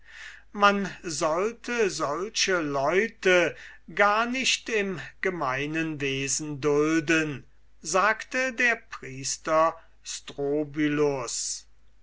man sollte solche leute gar nicht im gemeinen wesen dulden sagte der priester